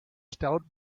stout